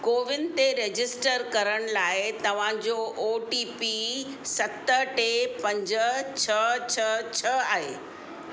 CoWIN ते register करण लाइ तव्हां जो ओ टी पी सत टे पंज छह छह छह आहे